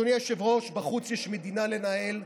אדוני היושב-ראש, בחוץ יש מדינה לנהל.